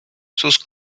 sus